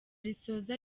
risoza